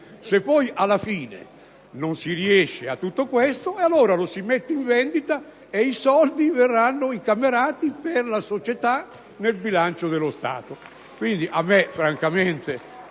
Se poi alla fine non si riesce in tutto questo, allora lo si mette in vendita e i soldi verranno incamerati per la società nel bilancio dello Stato.